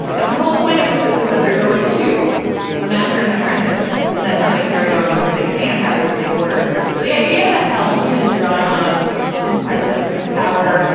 and the whole point of the system is that there's always to a master and an and apprentice, and that's how they carry on because they can't have this big order. so the idea that palpatine is drawing on his predecessor's power,